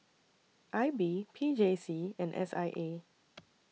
I B P J C and S I A